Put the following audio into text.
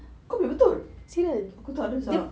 kau biar betul aku takleh siak